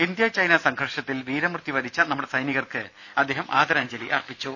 India China സംഘർഷത്തിൽ വീരമൃത്യുവരിച്ച നമ്മുടെ സൈനികർക്ക് അദ്ദേഹം ആദരാഞ്ജലി അർപ്പിച്ചു